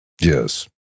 yes